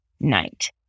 night